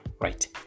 right